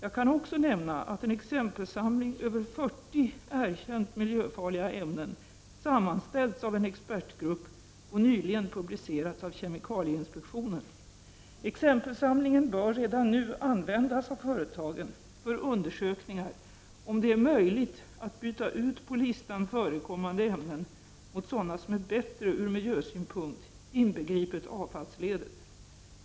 Jag kan också nämna att en exempelsamling över 40 erkänt miljöfarliga ämnen sammanställts av en expertgrupp och nyligen publicerats av kemikalieinspektionen. Exempelsamlingen bör redan nu användas av företagen för undersökningar om det är möjligt att byta ut på listan förekommande ämnen mot sådana somär bättre ur miljösynpunkt inbegripet avfallsledet.